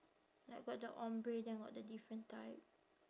like got the ombre then got the different type